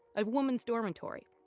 a woman's dormitory.